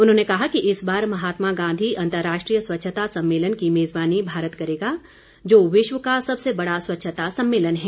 उन्होंने कहा कि इस बार महात्मा गांधी अंतर्राष्ट्रीय स्वच्छता सम्मेलन की मेज़बानी भारत करेगा जो विश्व का सबसे बड़ा स्वच्छता सम्मेलन है